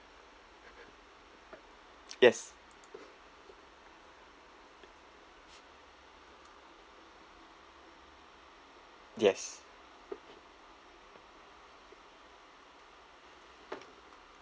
yes yes